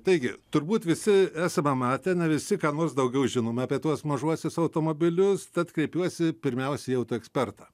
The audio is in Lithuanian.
taigi turbūt visi esame matę ne visi ką nors daugiau žinome apie tuos mažuosius automobilius tad kreipiuosi pirmiausia į autoekspertą